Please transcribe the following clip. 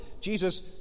Jesus